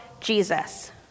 Jesus